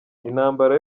intambara